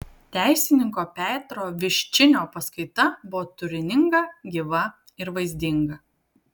teisininko petro viščinio paskaita buvo turininga gyva ir vaizdinga